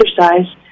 exercise